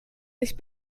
ich